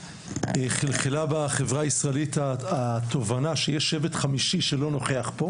חלחלה בחברה הישראלית התובנה שיש שבט חמישי שלא נוכח פה,